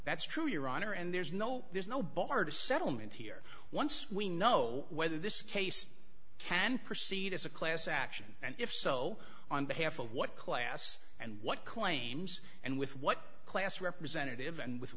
that's true your honor and there's no there's no bar to settlement here once we know whether this case can proceed as a class action and if so on behalf of what class and what claims and with what class representative and with